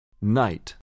Night